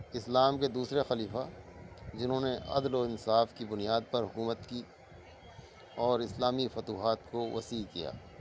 اسلام کے دوسرے خلیفہ جنہوں نے عدل و انصاف کی بنیاد پر حکومت کی اور اسلامی فتوحات کو وسیع کیا